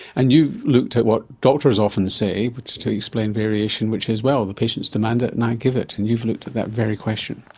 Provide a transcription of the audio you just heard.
and you've looked at what doctors often say but to to explain variation which says, well, the patients demand it, and i give it. and you've looked at that very question.